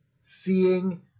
seeing